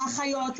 לאחיות,